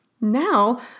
Now